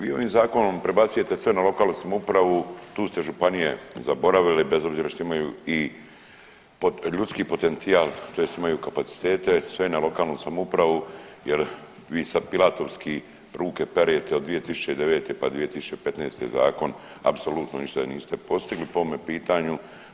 Vi ovim zakonom prebacujete sve na lokalnu samoupravu, tu ste županije zaboravili bez obzira što imaju i ljudski potencijal tj. imaju kapacitete, sve na lokalnu samoupravu jer vi sad Pilatovski ruke pere od 2009., pa 2015. je zakon apsolutno ništa niste postigli po ovome pitanju.